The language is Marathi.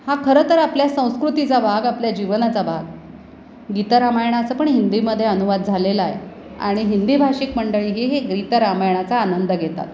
हा खरंतर आपल्या संस्कृतीचा भाग आपल्या जीवनाचा भाग गीतरामायणाचा पण हिंदीमध्ये अनुवाद झालेला आहे आणि हिंदी भाषिक मंडळीही ही गीतरामायणाचा आनंद घेतात